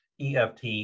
EFT